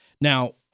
Now